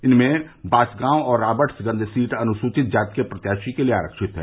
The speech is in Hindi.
जिसमें बासगाव और राबर्टसगंज सीट अनुसूचित जाति के प्रत्याशी के लिये आरक्षित है